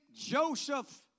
Joseph